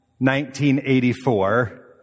1984